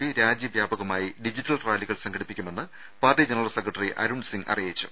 P രാജ്യവ്യാപകമായി digital റാലികൾ സംഘടിപ്പിക്കുമെന്ന് പാർട്ടി ജനറൽ സെക്രട്ടറി അരുൺസിങ് അറിയിച്ചു